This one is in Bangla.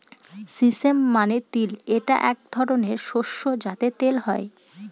সিসেম মানে তিল এটা এক ধরনের শস্য যাতে তেল হয়